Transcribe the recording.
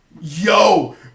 Yo